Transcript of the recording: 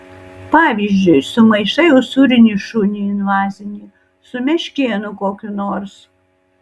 pavyzdžiui sumaišai usūrinį šunį invazinį su meškėnu kokiu nors